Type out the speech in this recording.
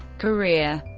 career